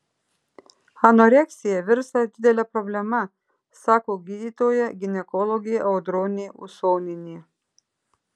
anoreksija virsta didele problema sako gydytoja ginekologė audronė usonienė